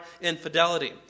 infidelity